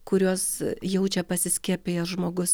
kuriuos jaučia pasiskiepijęs žmogus